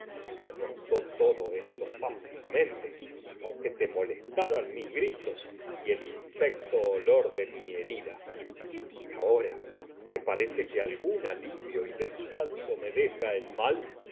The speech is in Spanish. soportó todo esto fácilmente aunque te molestaran mis gritos rece y el infecto olor de mi herida y ahora que pa algún alivio y que descanso me deja el mal